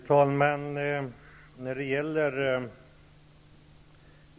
Fru talman!